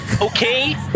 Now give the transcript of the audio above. okay